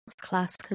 class